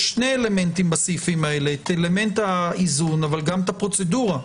יש שני אלמנטים בסעיפים האלה: את האיזון אבל גם הפרוצדורה,